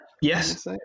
Yes